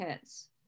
kids